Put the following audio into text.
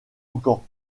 encore